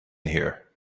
here